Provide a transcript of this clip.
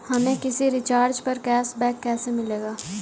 हमें किसी रिचार्ज पर कैशबैक कैसे मिलेगा?